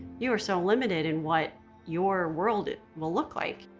you are so limited in what your world it will look like.